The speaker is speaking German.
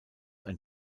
ein